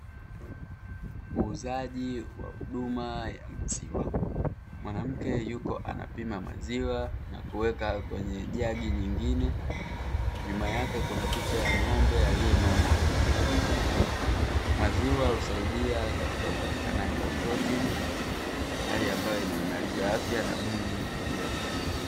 Uuzaji wa huduma ya maziwa, mwanamke yuko anapima maziwa na kuweka kwenye jagi nyingine nyuma yake kuna picha ya ng'ombe aliyenona. Maziwa husaidia katika upatikanaji wa protini hali ambayo inaimarisha afya na mwili wa kila mtu.